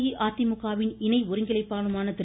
அஇஅதிமுக வின் இணை ஒருங்கிணைப்பாளருமான திரு